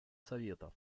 совета